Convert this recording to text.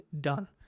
done